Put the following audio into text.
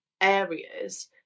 areas